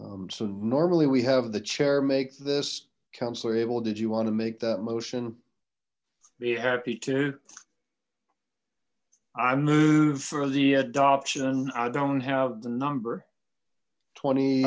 commission so normally we have the chair make this counselor able did you want to make that motion be happy to i move for the adoption i don't have the number twenty